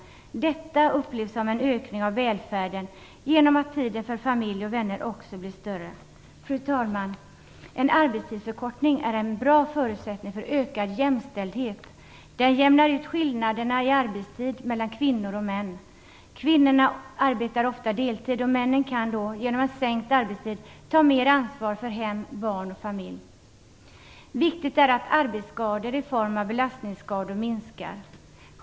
Detta upplevs som en ökning av välfärden genom att tiden för familj och vänner också blir större. Fru talman! En arbetstidsförkortning är en bra förutsättning för ökad jämställdhet. Den jämnar ut skillnaderna i arbetstid mellan kvinnor och män. Kvinnorna arbetar ofta deltid, och männen kan då genom en sänkt arbetstid ta mer ansvar för hem, barn och familj. Viktigt är att arbetsskadorna i form av belastningsskador minskar.